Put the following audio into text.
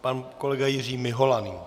Pan kolega Jiří Mihola nyní.